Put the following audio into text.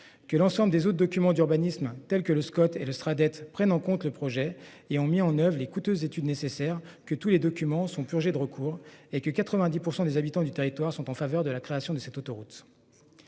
que l'ensemble des autres documents d'urbanisme tels que le Scott et Le Strat dette prennent en compte le projet et ont mis en oeuvre les coûteuses études nécessaire que tous les documents sont purgées de recours et que 90% des habitants du territoire sont en faveur de la création de cette autoroute.